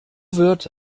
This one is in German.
wird